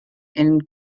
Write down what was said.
and